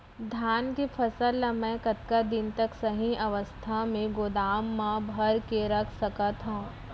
धान के फसल ला मै कतका दिन तक सही अवस्था में गोदाम मा भर के रख सकत हव?